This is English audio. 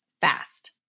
fast